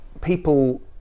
people